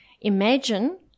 Imagine